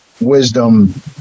wisdom